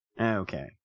Okay